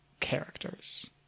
characters